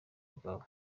bwabo